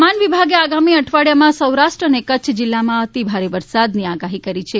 હવામાન વિભાગે આગામી અઠવાડિયામાં સૌરાષ્ટ્ર અને કચ્છ જિલ્લામાં અતિભારે વરસાદની આગાહી કરી છે